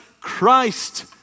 Christ